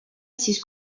sis